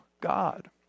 God